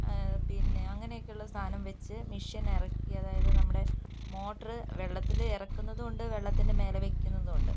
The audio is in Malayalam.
പിന്നെ അങ്ങനെയൊക്കെയുള്ള സാധനം വച്ച് മിഷെൻ ഇറക്കി അതായത് നമ്മുടെ മോട്ട്റ് വെള്ളത്തിൽ ഇറക്കുന്നതും ഉണ്ട് വെള്ളത്തിൻ്റെ മേലെ വയ്ക്കുന്നതും ഉണ്ട്